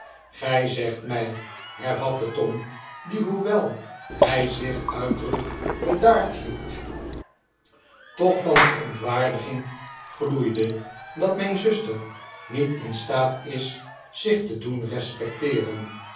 gij zegt mij hervatte tom die hoewel hij zich uiterlijk bedaard hield toch van verohtwaardiging gloeide dat mijn zuster niet in staat is zich te doen respecteeren